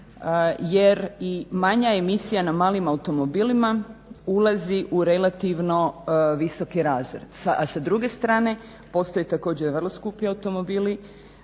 jer i manja emisija na malim automobilima ulazi u relativno visoki razred. A sa druge strane postoje također vrlo skupi automobili